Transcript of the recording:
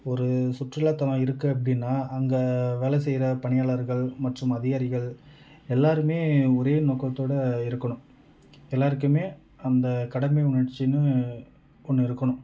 ஒரு சுற்றுலாத்தலம் இருக்குது அப்படினா அங்கே வேலை செய்கிற பணியாளர்கள் மற்றும் அதிகாரிகள் எல்லாேேருமே ஒரே நோக்கத்தோடு இருக்கணும் எல்லாேருக்குமே அந்த கடமை உணர்ச்சின்னு ஒன்று இருக்கணும்